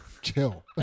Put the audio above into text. chill